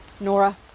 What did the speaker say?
Nora